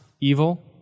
evil